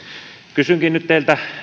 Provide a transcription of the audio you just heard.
kysynkin nyt teiltä